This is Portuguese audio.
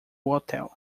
hotel